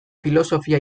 filosofia